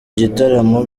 gitaramo